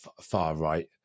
far-right